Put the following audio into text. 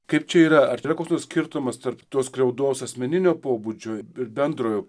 kaip čia yra ar yra koks nors skirtumas tarp tos skriaudos asmeninio pobūdžio ir bendrojo